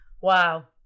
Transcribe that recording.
Wow